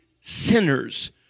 sinners